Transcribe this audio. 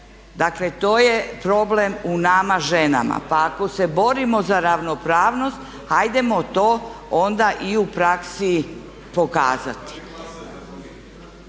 Dakle, to je problem u nama ženama. Pa ako se borimo za ravnopravnost hajdemo to onda i u praksi pokazati.